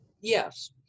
yes